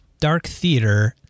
Darktheater